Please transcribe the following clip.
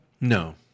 No